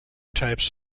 types